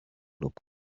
lub